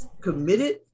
committed